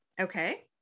Okay